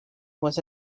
was